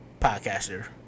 podcaster